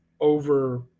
over